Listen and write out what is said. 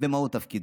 ומהו תפקידו.